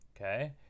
okay